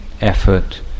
effort